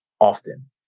often